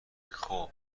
خوب